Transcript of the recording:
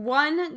one